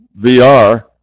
VR